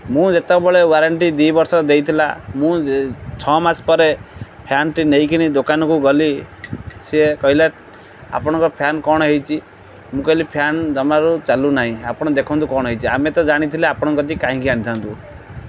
ମୁଁ ଯେତେବେଳେ ୱାରେଣ୍ଟି ଦୁଇ ବର୍ଷ ଦେଇଥିଲା ମୁଁ ଯେ ଛଅ ମାସ ପରେ ଫ୍ୟାନ୍ ଟି ନେଇକିନି ଦୋକାନକୁ ଗଲି ସିଏ କହିଲା ଆପଣଙ୍କ ଫ୍ୟାନ୍ କ'ଣ ହେଇଛି ମୁଁ କହିଲି ଫ୍ୟାନ୍ ଜମାରୁ ଚାଲୁ ନାହିଁ ଆପଣ ଦେଖନ୍ତୁ କ'ଣ ହେଇଛି ଆମେ ତ ଜାଣିଥିଲେ ଆପଣଙ୍କ କତିକି କାହିଁକି ଆଣିଥାନ୍ତୁ